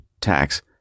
tax